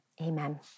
Amen